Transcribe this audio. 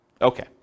Okay